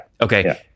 Okay